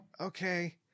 Okay